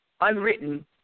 unwritten